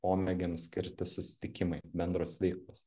pomėgiams skirti susitikimai bendros veiklos